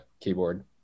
keyboard